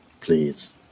please